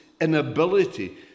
inability